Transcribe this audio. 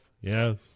Yes